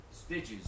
stitches